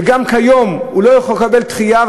וגם כיום הוא לא יכול לקבל דחייה,